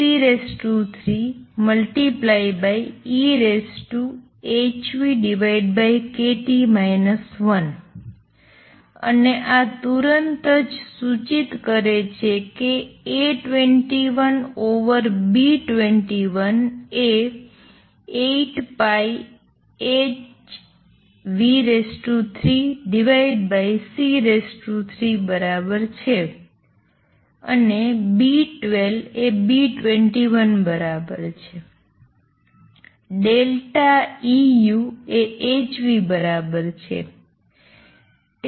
અને આ તુરંત જ સૂચિત કરે છે કે A21 ઓવર B21 એ 8πh3c3 બરાબર છે અને B12 એ B21 બરાબર છે ∆Eu એ hv બરાબર છે